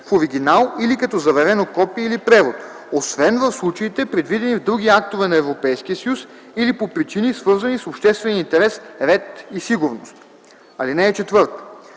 в оригинал или като заверено копие или превод освен в случаите, предвидени в други актове на Европейския съюз, или по причини, свързани с обществения интерес, ред и сигурност. (4) Когато